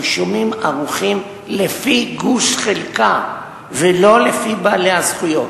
הרישומים ערוכים לפי גוש-חלקה ולא לפי בעלי הזכויות,